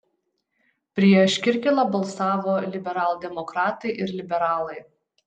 prieš kirkilą balsavo liberaldemokratai ir liberalai